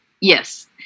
Yes